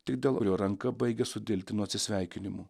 tik dėl jo ranka baigia sudilti nuo atsisveikinimų